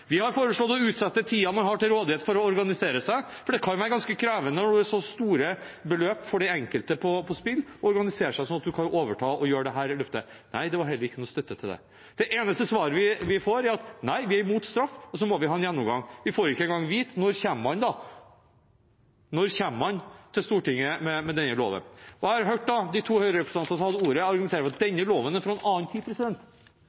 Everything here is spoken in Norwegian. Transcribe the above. Vi har foreslått å utvide tiden man har til rådighet for å organisere seg, for det kan være ganske krevende når det er så store beløp som står på spill for den enkelte – organisere seg for å overta og ta dette løftet. Det var det heller ingen støtte til. Det eneste svaret vi får, er nei, de er imot straff, og så må de ha en gjennomgang. Vi får ikke en gang vite når man kommer til Stortinget med denne loven. Jeg har hørt de to Høyre-representantene som har hatt ordet, argumentere med at